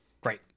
Great